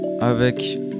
avec